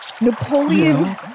Napoleon